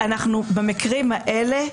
במקרים האלה,